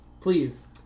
Please